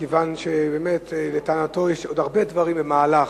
כיוון שבאמת לטענתו יש עוד הרבה דברים במהלך.